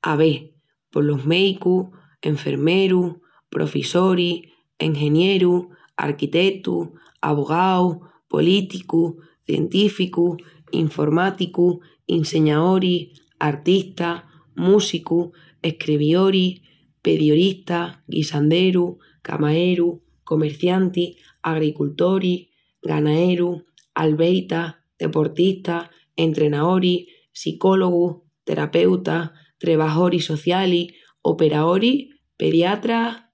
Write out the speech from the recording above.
Ave, pos los méicus, enfermerus, profissoris, engenierus, arquitetus, avogaus, políticus, científicus, informáticus, inseñaoris, artistas, músicus, escrevioris, pedioristas, guisanderus, camarerus, comerciantis, agricultoris, ganaerus, albeitas, deportistas, estrenaoris, sicológus, terapeutas, trebajoris socialis, operaoris, pediatras,...